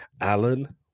Alan